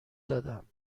دادم